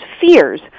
fears